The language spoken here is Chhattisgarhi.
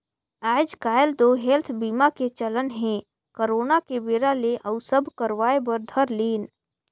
आएज काएल तो हेल्थ बीमा के चलन हे करोना के बेरा ले अउ सब करवाय बर धर लिन